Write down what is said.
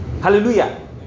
hallelujah